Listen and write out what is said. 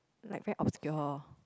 like very obscure